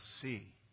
see